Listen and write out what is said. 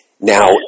Now